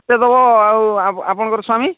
ସେ ଦେବ ଆଉ ଆ ଆପଣଙ୍କର ସ୍ଵାମୀ